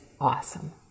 awesome